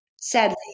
Sadly